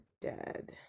dead